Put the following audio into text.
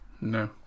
no